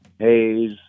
Hayes